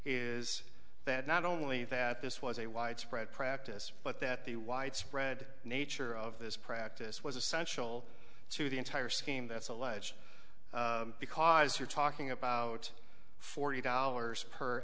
is that not only that this was a widespread practice but that the widespread nature of this practice was essential to the entire scheme that's alleged because you're talking about forty dollars per